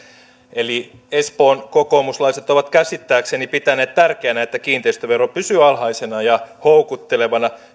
eli espoon kokoomuslaiset ovat käsittääkseni pitäneet tärkeänä että kiinteistövero pysyy alhaisena ja houkuttelevana